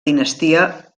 dinastia